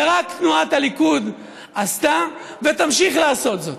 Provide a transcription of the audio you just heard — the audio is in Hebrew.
ורק תנועת הליכוד עשתה ותמשיך לעשות זאת.